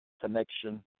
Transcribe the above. connection